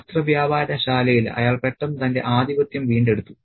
വസ്ത്രവ്യാപാരശാലയിൽ അയാൾ പെട്ടെന്ന് തന്റെ ആധിപത്യം വീണ്ടെടുത്തു